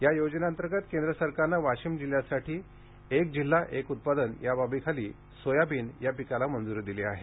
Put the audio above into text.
या योजनेंतर्गत केंद्र सरकारने वाशिम जिल्ह्यासाठी एक जिल्हा एक उत्पादन या बाबीखाली सोयाबीन या पिकास मंजुरी दिली आहे